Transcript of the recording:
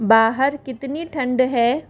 बाहर कितनी ठंड है